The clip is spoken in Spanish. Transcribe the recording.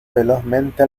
velozmente